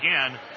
again